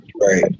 Right